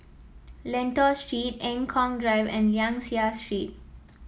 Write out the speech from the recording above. Lentor Street Eng Kong Drive and Liang Seah Street